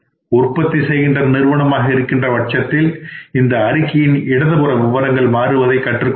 உற்பத்தி செய்கின்ற நிறுவனமாக இருக்கின்ற பட்சத்தில் இந்த அறிக்கையின் இடதுபுற விவரங்கள் மாறுவதை கற்றுக்கொள்ளுங்கள்